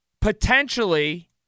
potentially